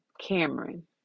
Cameron